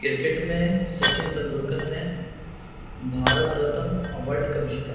cricket میں سچن تندولکر نے Bharat Ratna award کب جیتا